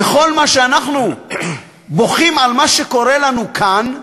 וכל מה שאנחנו בוכים על מה שקורה לנו כאן,